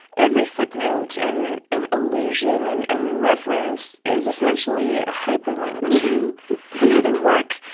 every footnote and and allusion and and reference is essentially a hyperlink to another work,